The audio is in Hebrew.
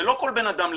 ולא כל בן אדם לגופו.